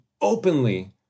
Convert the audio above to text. openly